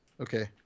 Okay